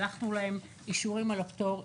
שלחנו להם אישורים על הפטור,